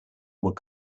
were